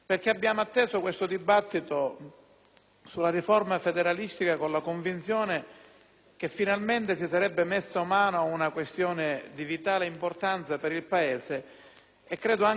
sulla riforma federalista nella convinzione che finalmente si sarebbe messo mano a una questione di vitale importanza per il Paese e di grande valore per la politica.